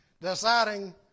deciding